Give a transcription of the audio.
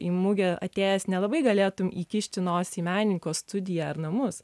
į mugę atėjęs nelabai galėtum įkišti nosį į menininko studiją ar namus